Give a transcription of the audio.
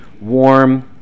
warm